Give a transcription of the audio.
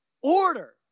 Order